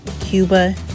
Cuba